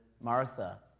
Martha